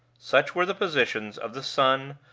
such were the positions of the son,